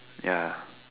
ya